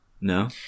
No